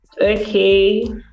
Okay